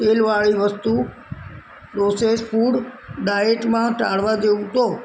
તેલવાળી વસ્તુ process food ડાયટમાં ટાળવા જેવું તો